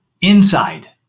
Inside